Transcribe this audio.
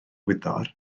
wyddor